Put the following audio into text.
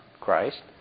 Christ